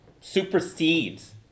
supersedes